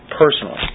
personally